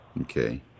Okay